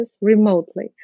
remotely